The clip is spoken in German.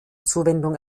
zuwendung